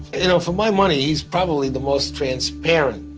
you know, for my money he's probably the most transparent